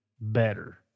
better